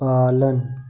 पालन